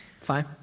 Fine